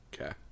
Okay